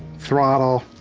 throttle,